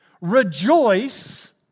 Rejoice